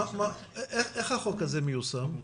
איך החוק הזה מיושם?